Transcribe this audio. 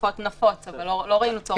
פחות נפוץ, אבל לא ראינו צורך.